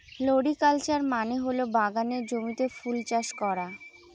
floriculture মানে হল বাগানের জমিতে ফুল চাষ করা